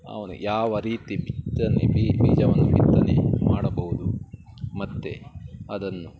ಅವನು ಯಾವ ರೀತಿ ಬಿತ್ತನೆ ಬೀಜ ಬೀಜವನ್ನು ಬಿತ್ತನೆ ಮಾಡಬೌದು ಮತ್ತು ಅದನ್ನು